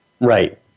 Right